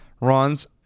runs